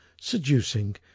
seducing